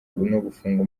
gufunga